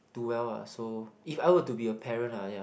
do well ah so if I were to be a parent ah ya